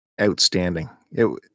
outstanding